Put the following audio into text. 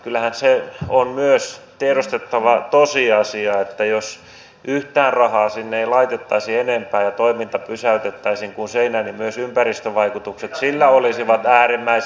kyllähän se on myös tiedostettava tosiasia että jos yhtään rahaa sinne ei laitettaisi enempää ja toiminta pysäytettäisiin kuin seinään niin myös ympäristövaikutukset sillä olisivat äärimmäisen suuret